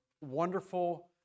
wonderful